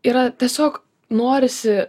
yra tiesiog norisi